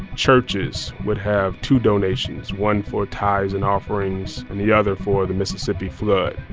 churches would have two donations, one for tithes and offerings and the other for the mississippi flood.